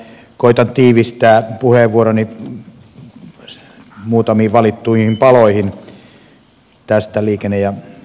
koetan tiivistää puheenvuoroni muutamiin valittuihin paloihin tästä liikenne ja viestintäministeriön budjetista